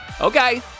Okay